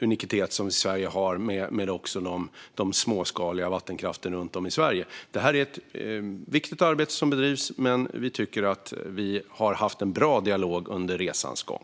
unikhet som Sverige har genom den småskaliga vattenkraften runt om i landet. Det är ett viktigt arbete som bedrivs, och vi tycker att vi har haft en bra dialog under resans gång.